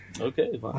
Okay